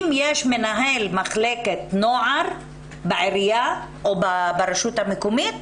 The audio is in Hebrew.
אם יש מנהל מחלקת נוער בעירייה או ברשות המקומית,